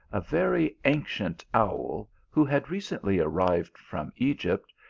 a very ancient owl. who had recently arrived from egypt,